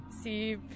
see